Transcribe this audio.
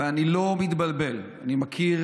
ואני לא מתבלבל, אני מכיר